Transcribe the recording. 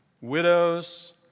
widows